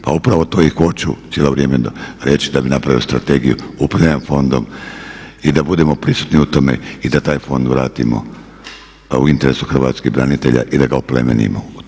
Pa upravo to i hoću cijelo vrijeme reći da bih napravio Strategiju upravljanja fondom i da budemo prisutni u tome i da taj fond vratimo u interesu hrvatskih branitelja i da ga oplemenimo.